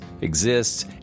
exists